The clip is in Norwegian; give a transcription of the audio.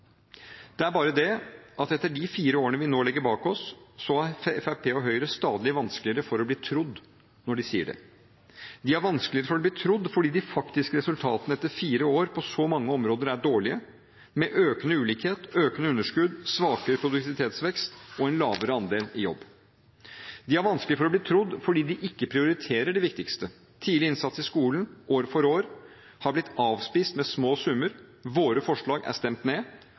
Det er bare det at etter de fire årene vi nå legger bak oss, har Fremskrittspartiet og Høyre stadig vanskeligere for å bli trodd når de sier det. De har vanskeligere for å bli trodd fordi de faktiske resultatene etter fire år på så mange områder er dårlige, med økende ulikhet, økende underskudd, svakere produktivitetsvekst og en lavere andel i jobb. De har vanskelig for å bli trodd fordi de ikke prioriterer det viktigste. Tidlig innsats i skolen har år for år blitt avspist med små summer. Våre forslag er stemt ned.